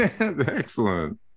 Excellent